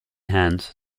hand